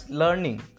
learning